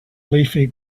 leafy